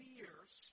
years